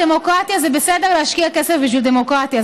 זה בסדר להשקיע כסף בשביל דמוקרטיה,